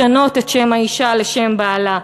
לשנות את שם האישה לשם בעלה,